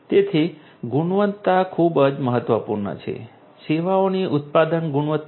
તેથી ગુણવત્તા ખૂબ જ મહત્વપૂર્ણ છે સેવાઓની ઉત્પાદન ગુણવત્તા